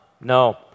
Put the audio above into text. no